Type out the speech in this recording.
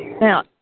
Now